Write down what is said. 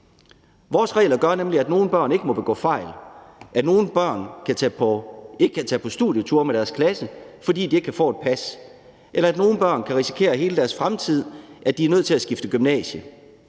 Vores regler gør nemlig, at nogle børn ikke må begå fejl; at nogle børn ikke kan tage på studietur med deres klasse, fordi de ikke kan få et pas; eller at nogle børn kan risikere hele deres fremtid, så de er nødt til at skifte gymnasie